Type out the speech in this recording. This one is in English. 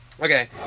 okay